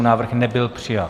Návrh nebyl přijat.